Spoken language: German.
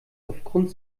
aufgrund